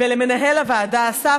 ולמנהל הוועדה אסף,